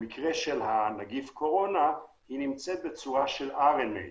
במקרה של נגיף הקורונה היא נמצאת בצורה של רנ"א.